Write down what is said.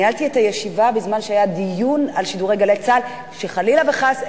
ניהלתי את הישיבה בזמן הדיון שהיה על שידורי "גלי צה"ל" וחלילה וחס,